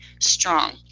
strong